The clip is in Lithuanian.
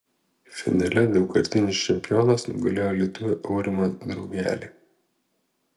finale daugkartinis čempionas nugalėjo lietuvį aurimą draugelį